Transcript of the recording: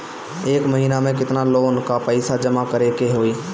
एक महिना मे केतना लोन क पईसा जमा करे क होइ?